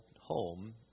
home